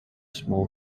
small